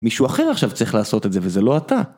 מישהו אחר עכשיו צריך לעשות את זה, וזה לא אתה.